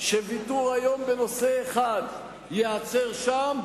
שוויתור היום בנושא אחד ייעצר שם,